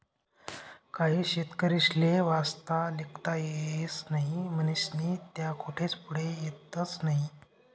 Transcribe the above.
काही शेतकरीस्ले वाचता लिखता येस नही म्हनीस्नी त्या कोठेच पुढे येतस नही